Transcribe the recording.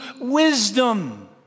wisdom